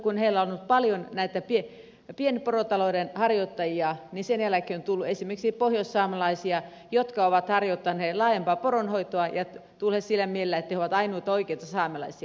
kun heissä on ollut paljon näitä pienporotalouden harjoittajia niin sen jälkeen on tullut esimerkiksi pohjoissaamelaisia jotka ovat harjoittaneet laajempaa poronhoitoa ja tulleet sillä mielellä että he ovat ainoita oikeita saamelaisia